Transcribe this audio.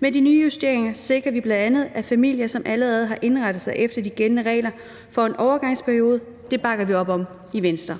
Med de nye justeringer sikrer vi bl.a., at familier, som allerede har indrettet sig efter de gældende regler, får en overgangsperiode. Det bakker vi op om i Venstre.